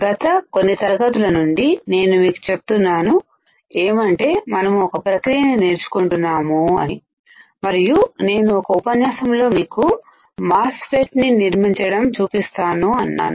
గత కొన్ని తరగతుల నుండి నేను మీకు చెప్తున్నాను ఏమంటే మనము ఒక ప్రక్రియని నేర్చుకుంటున్నాము అని మరియు నేను ఒక ఉపన్యాసము లో మీకు మాస్ ఫెట్ ని నిర్మించడం చూపిస్తాను అన్నాను